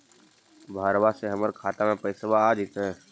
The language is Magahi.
बहरबा से हमर खातबा में पैसाबा आ जैतय?